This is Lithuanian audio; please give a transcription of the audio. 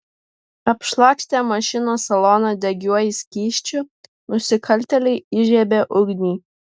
apšlakstę mašinos saloną degiuoju skysčiu nusikaltėliai įžiebė ugnį